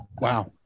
Wow